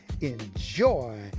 enjoy